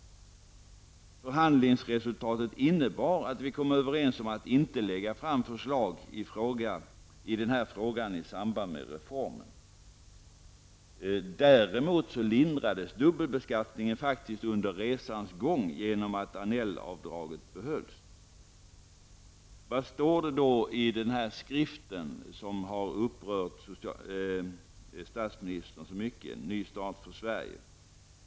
Förhandlingsresultatet innebar att vi kom överens om att inte lägga fram förslag i denna fråga i samband med reformen. Däremot lindrades dubbelbeskattningen faktiskt under resans gång på grund av att Anell-avdraget behölls. Vad står det då i skriften Ny start för Sverige, som har upprört statsministern så mycket.